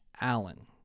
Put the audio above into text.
Allen